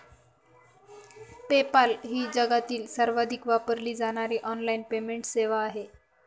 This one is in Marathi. पेपाल ही जगातील सर्वाधिक वापरली जाणारी ऑनलाइन पेमेंट सेवा आहे